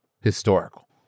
historical